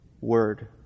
Word